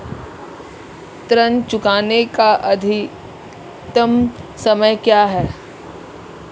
ऋण चुकाने का अधिकतम समय क्या है?